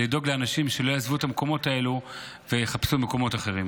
ולדאוג שאנשים לא יעזבו את המקומות האלה ויחפשו מקומות אחרים.